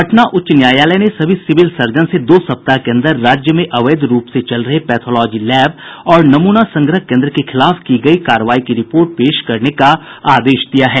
पटना उच्च न्यायालय ने सभी सिविल सर्जन से दो सप्ताह के अंदर राज्य में अवैध रूप से चल रहे पैथोलॉजी लैब और नमूना संग्रह केंद्र के खिलाफ की गई कार्रवाई की रिपोर्ट पेश करने का आदेश दिया है